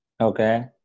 okay